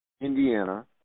Indiana